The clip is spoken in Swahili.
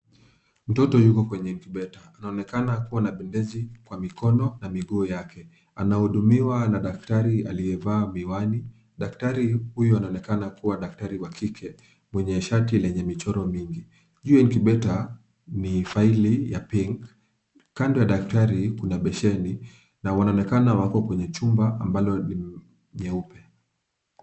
Mtoto yuko kwenye incubator. Anaonekana kuwa na bebezi kwa mikono na miguu yake. Anahudumiwa na daktari aliyevaa miwani. Daktari huyu anaonekana kuwa daktari wa kike mwenye shati lenye michoro mingi. Juu ya incubator ni faili ya pink . Kando ya daktari kuna besheni na wanaonekana wako kwenye chumba ambalo ni nyeupe.